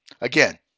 again